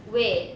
wait